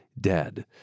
dead